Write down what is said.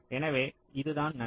எனவே இதுதான் நன்மை